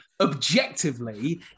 objectively